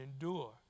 endure